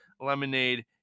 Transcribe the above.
lemonade